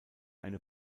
eine